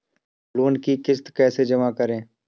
Loan की किश्त कैसे जमा करें?